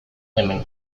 hemen